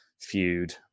feud